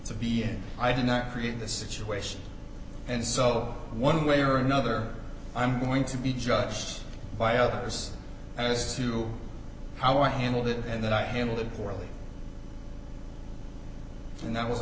to be and i did not create the situation and so one way or another i'm going to be judged by others as to how i handled it and that i handled it poorly and that was